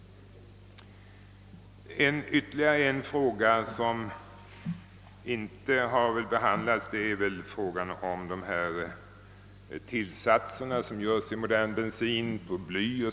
Ytterligare en fråga som inte har behandlats är frågan om de tillsatser av bly m.m. som görs i modern bensin.